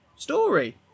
Story